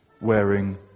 wearing